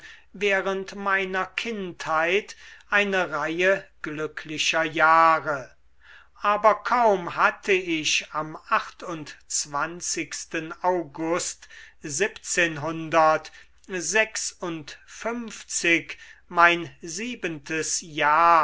während meiner kindheit eine reihe glücklicher jahre aber kaum hatte ich am august mein siebentes jahr